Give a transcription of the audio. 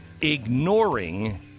ignoring